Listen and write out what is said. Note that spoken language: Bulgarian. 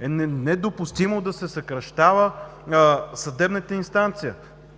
е недопустимо да се съкращава съдебната инстанция.